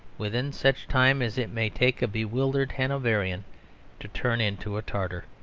within such time as it may take a bewildered hanoverian to turn into a tartar.